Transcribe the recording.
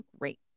great